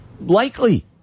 likely